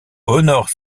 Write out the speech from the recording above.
honore